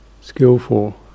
skillful